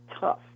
tough